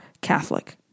Catholic